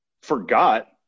forgot